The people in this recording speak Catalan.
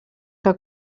que